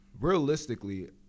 realistically